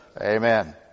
Amen